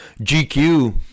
gq